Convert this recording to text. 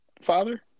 father